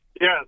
Yes